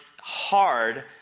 hard